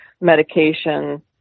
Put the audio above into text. medication